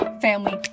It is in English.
family